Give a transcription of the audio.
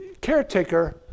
caretaker